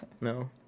no